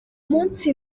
munsi